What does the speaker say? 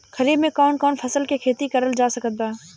खरीफ मे कौन कौन फसल के खेती करल जा सकत बा?